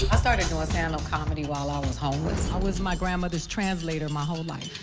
started doing stand-up comedy while i was homeless. i was my grandmother's translator my whole life.